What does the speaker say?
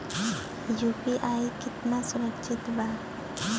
UPI कितना सुरक्षित बा?